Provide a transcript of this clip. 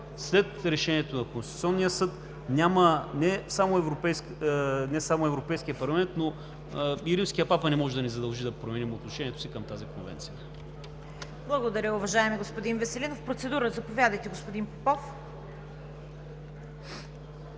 След решението на Конституционния съд не само Европейският парламент, но и римският папа не може да ни задължи да променим отношението си към тази конвенция. ПРЕДСЕДАТЕЛ ЦВЕТА КАРАЯНЧЕВА: Благодаря, уважаеми господин Веселинов. Процедура. Заповядайте, господин Попов.